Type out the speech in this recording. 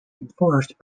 enforced